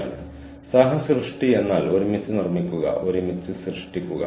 ഞാൻ വിഷയത്തെ കുറിച്ച് കുറച്ച് പഠിക്കുന്നു